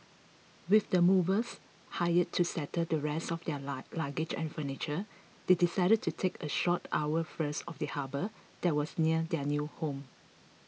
with the movers hired to settle the rest of their luggage and furniture they decided to take a short hour first of the harbour that was near their new home